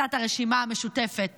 לכניסת הרשימה המשותפת